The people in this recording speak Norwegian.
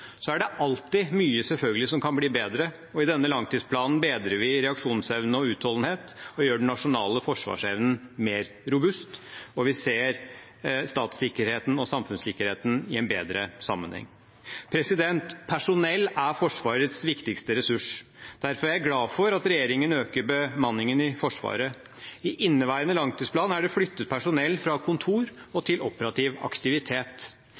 Så er det selvfølgelig alltid mye som kan bli bedre, og i denne langtidsplanen bedrer vi reaksjonsevnen og utholdenhet og gjør den nasjonale forsvarsevnen mer robust. Vi ser også statssikkerheten og samfunnssikkerheten i en bedre sammenheng. Personell er Forsvarets viktigste ressurs. Derfor er jeg glad for at regjeringen øker bemanningen i Forsvaret. I inneværende langtidsplan er det flyttet personell fra kontor og til operativ aktivitet.